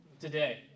today